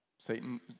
Satan